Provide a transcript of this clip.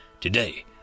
today